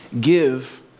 give